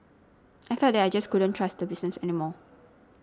I felt that I just couldn't trust the business any more